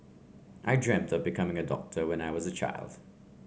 I dreamt of becoming a doctor when I was a child